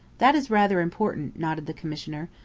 that is rather important, nodded the commissioner.